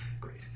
Great